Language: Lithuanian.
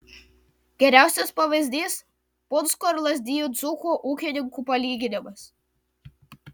geriausias pavyzdys punsko ir lazdijų dzūkų ūkininkų palyginimas